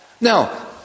Now